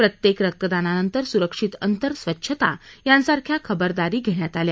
प्रत्येक रक्तदानानंतर सुरक्षित अंतर स्वच्छता यासारख्या खबरदारी घेण्यात आल्या